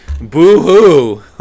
Boo-hoo